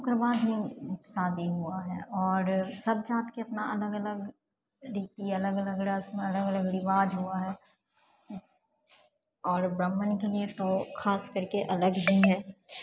ओकरबाद ही शादी हुवे है और सब जातके अपना अलग अलग रीति अलग अलग रस्म अलग अलग रिवाज हुव है आओर ब्राह्मणके लिए तो खास करके अलग ही है